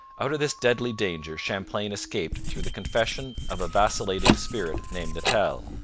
out of this deadly danger champlain escaped through the confession of a vacillating spirit named natel,